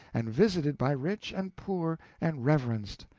and visited by rich and poor, and reverenced.